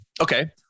Okay